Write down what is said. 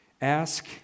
Ask